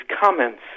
comments